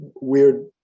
weird